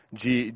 de